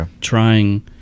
trying